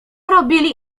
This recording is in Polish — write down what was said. robili